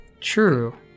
True